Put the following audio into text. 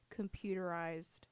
computerized